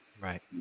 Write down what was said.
Right